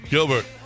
Gilbert